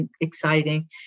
exciting